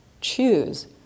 Choose